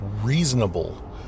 reasonable